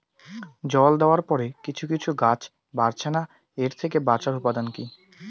জল দেওয়ার পরে কিছু কিছু গাছ বাড়ছে না এর থেকে বাঁচার উপাদান কী?